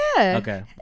Okay